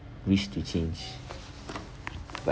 wish to change but